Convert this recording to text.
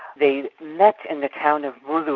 they met in the town of and